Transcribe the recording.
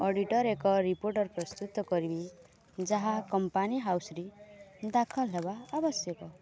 auditor ଏକ report ପ୍ରସ୍ତୁତ କରିବେ ଯାହା କମ୍ପାନୀ ହାଉସ୍ରେ ଦାଖଲ ହେବା ଆବଶ୍ୟକ